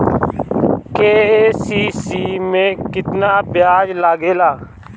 KCC में केतना ब्याज लगेला?